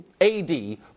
AD